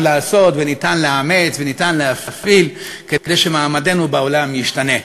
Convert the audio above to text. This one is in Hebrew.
אפשר לעשות ואפשר לאמץ ואפשר להפעיל כדי שמעמדנו בעולם ישתנה?